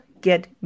get